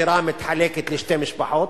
דירה מתחלקת לשתי משפחות,